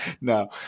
No